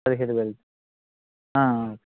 పదిహేడు వేలు